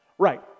Right